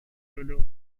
duduk